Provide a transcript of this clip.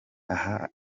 aha